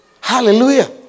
Hallelujah